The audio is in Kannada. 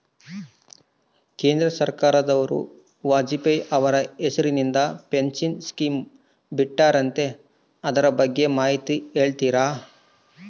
ಕೇಂದ್ರ ಸರ್ಕಾರದವರು ವಾಜಪೇಯಿ ಅವರ ಹೆಸರಿಂದ ಪೆನ್ಶನ್ ಸ್ಕೇಮ್ ಬಿಟ್ಟಾರಂತೆ ಅದರ ಬಗ್ಗೆ ಮಾಹಿತಿ ಹೇಳ್ತೇರಾ?